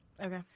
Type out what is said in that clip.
okay